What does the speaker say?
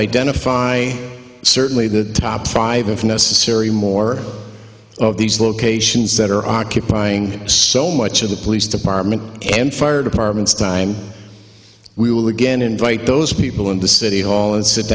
identify certainly the top five if necessary more of these locations that are occupying so much of the police department and fire departments time we will again invite those people into city hall and sit